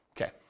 Okay